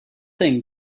thing